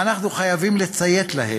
ואנחנו חייבים לציית להם.